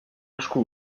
esku